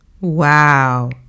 wow